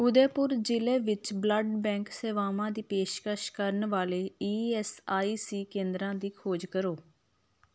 ਉਦੈਪੁਰ ਜ਼ਿਲ੍ਹੇ ਵਿੱਚ blood bank ਸੇਵਾਵਾਂ ਦੀ ਪੇਸ਼ਕਸ਼ ਕਰਨ ਵਾਲੇ ਈ ਐੱਸ ਆਈ ਸੀ ਕੇਂਦਰਾਂ ਦੀ ਖੋਜ ਕਰੋ